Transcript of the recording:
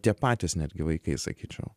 tie patys netgi vaikai sakyčiau